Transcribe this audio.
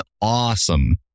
awesome